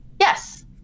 Yes